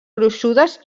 gruixudes